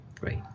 Great